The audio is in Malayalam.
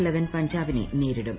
ഇലവൻ പഞ്ചാബിനെ നേരിടും